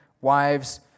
wives